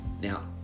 Now